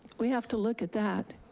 we have to look at that.